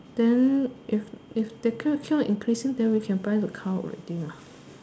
then if if later keep on increasing then we can buy the car already mah